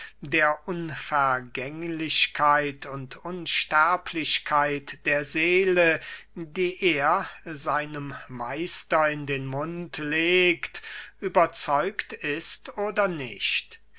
der unvergänglichkeit und unsterblichkeit der seele die er seinem meister in den mund legt überzeugt ist oder nicht